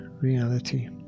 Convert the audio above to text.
reality